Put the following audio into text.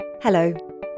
Hello